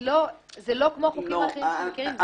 זה לא כמו חוקים אחרים שאתם מכירים.